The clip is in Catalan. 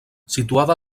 situada